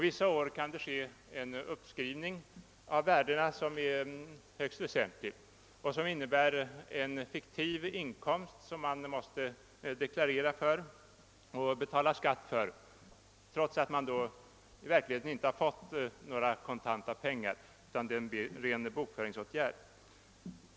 Vissa år kan det ske en uppskrivning av värdena som är ganska väsentlig och som innebär, att man måste deklarera för en fiktiv inkomst och betala skatt för den, trots att man i verkligheten inte har fått några kontanta medel utan det är fråga om en ren bokföringsåtgärd.